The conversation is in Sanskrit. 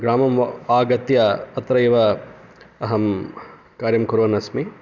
ग्रामम् आगत्य अत्रैव अहं कार्यं कुर्वन्नस्मि